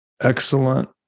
Excellent